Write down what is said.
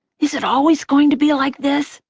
is it always going to be like this?